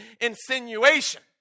insinuation